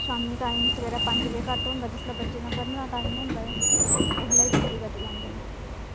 शाम्मी टाइम सवेरै पंज बज़े कट होंदा जिसलै बच्चें दा पढ़ने दा टाइम होंदा ऐ उसलै बी बत्ती कट्टी लैंदे न